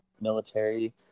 military